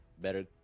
better